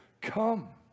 come